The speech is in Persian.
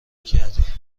کردی